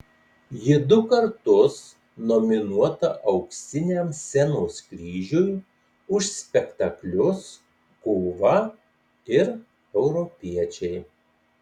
ji du kartus nominuota auksiniam scenos kryžiui už spektaklius kova ir europiečiai